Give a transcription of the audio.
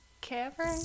cavern